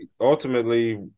Ultimately